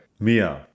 MIA